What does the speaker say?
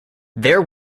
their